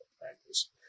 practice